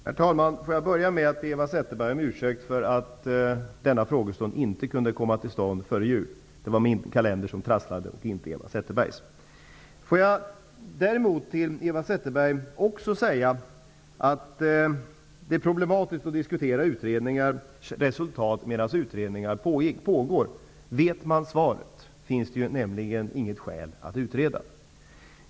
Herr talman! Får jag börja med att be Eva Zetterberg om ursäkt för att denna diskussion inte kunde komma till stånd före jul. Det var min kalender som ställde till trassel, inte Eva Jag vill till Eva Zetterberg vidare säga att det är problematiskt att diskutera utredningars resultat medan utredningar pågår. Vet man svaret, finns det nämligen inget skäl att utreda.